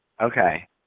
Okay